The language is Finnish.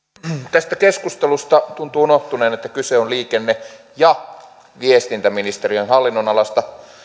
tästä keskustelusta tuntuu unohtuneen että kyse on liikenne ja viestintäministeriön hallinnonalasta